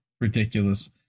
Ridiculous